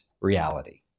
reality